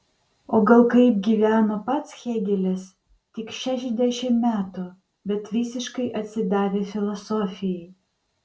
o gal kaip gyveno pats hėgelis tik šešiasdešimt metų bet visiškai atsidavę filosofijai